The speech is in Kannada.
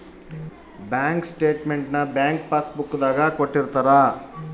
ಬ್ಯಾಂಕ್ ಸ್ಟೇಟ್ಮೆಂಟ್ ನ ಬ್ಯಾಂಕ್ ಪಾಸ್ ಬುಕ್ ದಾಗ ಕೊಟ್ಟಿರ್ತಾರ